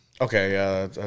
Okay